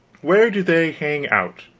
where do they hang out.